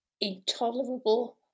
intolerable